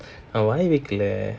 oh வாய் வைக்கல:vaai vaikkala